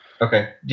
Okay